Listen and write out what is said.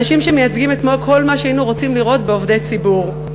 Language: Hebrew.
אנשים שמייצגים את כל מה שהיינו רוצים לראות בעובדי ציבור.